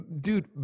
dude